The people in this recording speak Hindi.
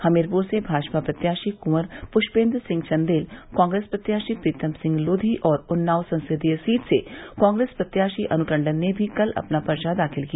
हमीरपुर से भाजपा प्रत्याशी कुंवर पुषेन्द्र सिंह चंदेल कांग्रेस प्रत्याशी प्रीतम सिंह लोधी और उन्नाव संसदीय सीट से कांप्रेस प्रत्याशी अनु टण्डन ने भी कल अपना पर्चा दाखिल किया